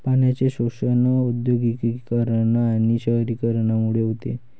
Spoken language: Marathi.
पाण्याचे शोषण औद्योगिकीकरण आणि शहरीकरणामुळे होते